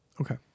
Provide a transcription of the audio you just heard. Okay